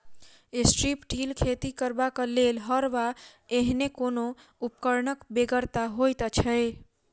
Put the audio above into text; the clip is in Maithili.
स्ट्रिप टिल खेती करबाक लेल हर वा एहने कोनो उपकरणक बेगरता होइत छै